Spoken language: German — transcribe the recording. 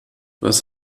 was